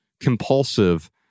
compulsive